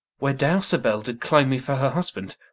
where dowsabel did claim me for her husband.